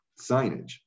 signage